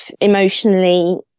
emotionally